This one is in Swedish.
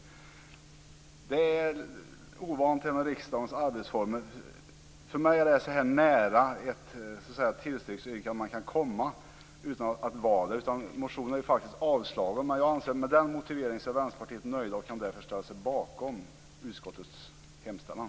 Riksdagens arbetsformer är lite ovana. För mig är detta så nära ett yrkande om tillstyrkande som man kan komma utan att vara det. Motionen har faktiskt avstyrkts. Men jag anser att med den motivering som motionen har fått är vi i Vänsterpartiet nöjda och kan därför ställa oss bakom utskottets hemställan